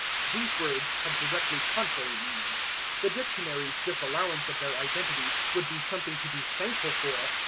these words have directly contrary meanings the dictionaries' disallowance of their identity would be something to be thankful for,